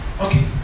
Okay